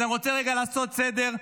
אז אני רוצה רגע לעשות סדר,